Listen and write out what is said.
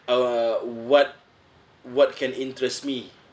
uh what what can interest me